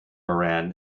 moran